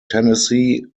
tennessee